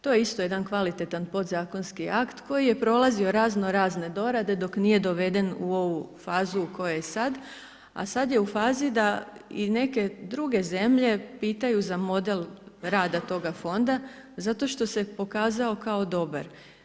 To je isto jedan kvalitetan podzakonski akt koji je prolazio razno razne dorade dok nije doveden u ovu fazu u kojoj je sad, a sad je u fazi da i neke druge zemlje pitaju za model rada toga fonda zato što se pokazao kao dobar.